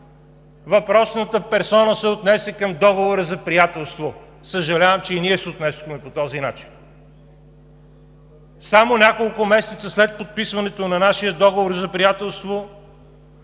въпросната персона се отнесе към Договора за приятелство. Съжалявам, че и ние се отнесохме по този начин. Само няколко месеца след подписването на нашия договор за приятелство,